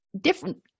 different